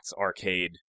Arcade